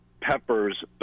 Peppers